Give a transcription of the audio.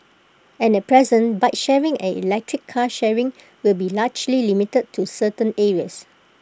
and at present bike sharing and electric car sharing with be largely limited to certain areas